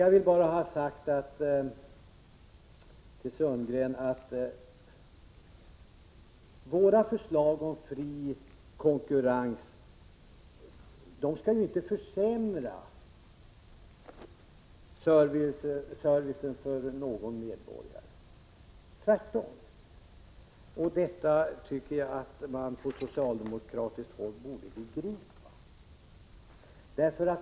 Jag vill bara ha sagt till Roland Sundgren att våra förslag om fri konkurrens inte innebär att servicen skall försämras för någon medborgare. Tvärtom! Detta tycker jag att man på socialdemokratiskt håll borde begripa.